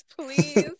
please